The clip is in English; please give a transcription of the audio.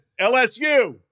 LSU